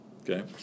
Okay